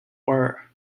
were